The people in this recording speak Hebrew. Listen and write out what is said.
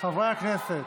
--- חברי הכנסת.